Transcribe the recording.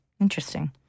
interesting